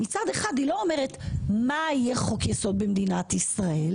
מצד אחד היא לא אומרת מה יהיה חוק יסוד במדינת ישראל